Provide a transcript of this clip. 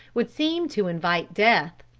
would seem to invite death.